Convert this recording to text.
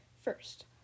First